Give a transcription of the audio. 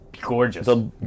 Gorgeous